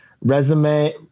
resume